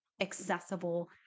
accessible